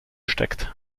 steckt